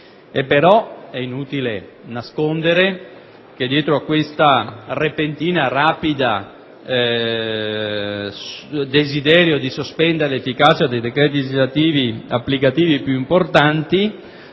Però è inutile nascondere che dietro a questo repentino, rapido desiderio di sospendere l'efficacia dei decreti applicativi più importanti